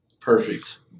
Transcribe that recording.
Perfect